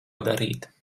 darīt